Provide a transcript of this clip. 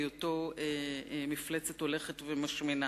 היותו מפלצת הולכת ומשמינה.